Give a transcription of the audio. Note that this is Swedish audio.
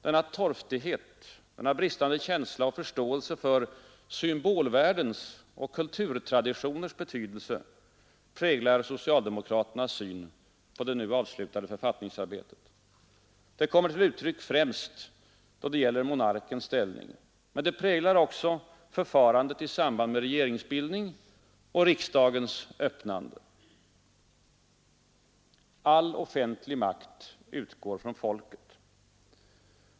Denna torftighet, denna bristande känsla och förståelse för symbol värdens och kulturtraditioners betydelse präglar socialdemokraternas syn på det nu avslutade få rfattningsarbetet. Det kommer till uttryck främst då det gäller monarkens ställning. Men det präglar också förfarandet i All offentlig makt utgår från folket.